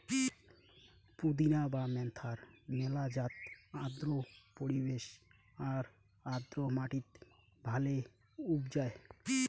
পুদিনা বা মেন্থার মেলা জাত আর্দ্র পরিবেশ আর আর্দ্র মাটিত ভালে উবজায়